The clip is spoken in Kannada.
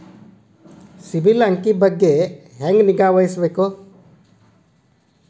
ಸಿಬಿಲ್ ಅಂಕಿ ಬಗ್ಗೆ ಹೆಂಗ್ ನಿಗಾವಹಿಸಬೇಕು?